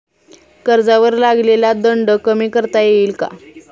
कर्जावर लागलेला दंड कमी करता येईल का?